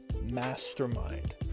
mastermind